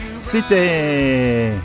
C'était